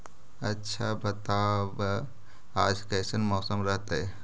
आच्छा बताब आज कैसन मौसम रहतैय?